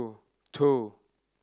two two